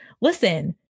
listen